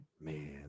Man